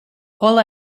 all